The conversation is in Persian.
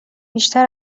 بیشتر